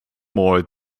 more